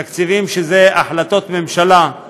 תקציבים שהם החלטות הממשלה.